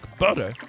butter